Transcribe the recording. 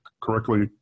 correctly